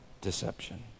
deception